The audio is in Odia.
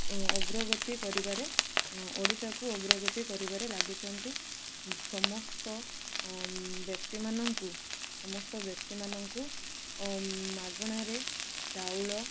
ଅଗ୍ରଗତି କରିବାରେ ଓଡ଼ିଶାକୁ ଅଗ୍ରଗତି କରିବାରେ ଲାଗିଛନ୍ତି ସମସ୍ତ ବ୍ୟକ୍ତିମାନଙ୍କୁ ସମସ୍ତ ବ୍ୟକ୍ତିମାନଙ୍କୁ ମାଗଣାରେ ଚାଉଳ